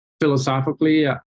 Philosophically